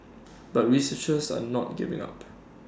but researchers are not giving up